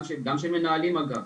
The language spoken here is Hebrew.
גם של מנהלים אגב,